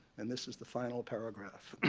and this is the final paragraph.